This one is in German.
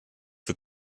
für